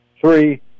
Three